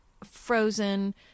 frozen